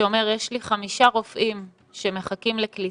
שאומר - יש לי חמישה רופאים שמחכים לקליטה,